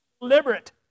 Deliberate